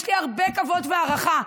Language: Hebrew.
ויש לי הרבה כבוד והערכה,